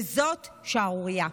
וזאת שערורייה.